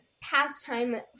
pastime